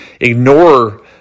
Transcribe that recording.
ignore